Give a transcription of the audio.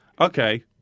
Okay